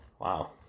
Wow